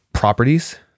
Properties